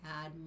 add